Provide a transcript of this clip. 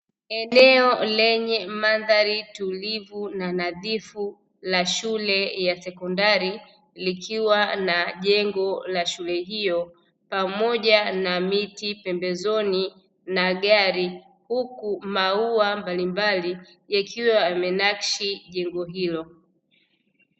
Eneo lenye mandhari tulivu na nadhifu la shule ya sekondari likiwa na jengo la shule hiyo pamoja na miti pembezoni na gari huku maua mbalimbali yakiwa yamenakshi jengo hilo.